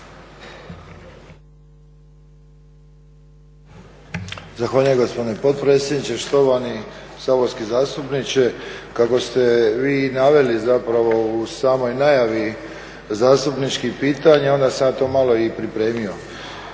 Zahvaljujem gospodine potpredsjedniče. Štovani saborski zastupniče, kako ste vi i naveli zapravo u samoj najavi zastupničkih pitanja onda sam ja to malo i pripremio.